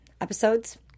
episodes